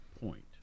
point